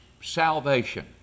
salvation